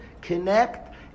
connect